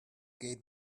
gate